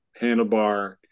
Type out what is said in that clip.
handlebar